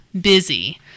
busy